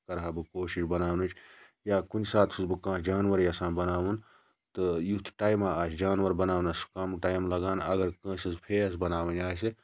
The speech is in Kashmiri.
کَرہا بہٕ کوٗشِش بَناونٕچ یا کُنہِ ساتہٕ چھُس بہٕ کانٛہہ جاناوَار یَژھان بَناوُن تہٕ یُتھ ٹایما آسہِ جاناوَار بَناونَس چھُ کَم ٹایِم لَگان اَگَر کٲنٛسہِ ہٕنٛز فیس بَناوٕنۍ آسہِ